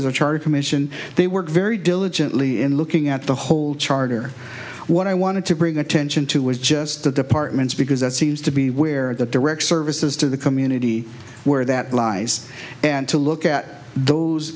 as a charge commission they work very diligently in looking at the whole charter what i wanted to bring attention to was just the departments because that seems to be where the direct services to the community where that lies and to look at those